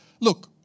Look